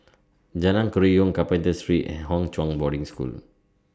Jalan Kerayong Carpenter Street and Hwa Chong Boarding School